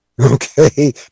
Okay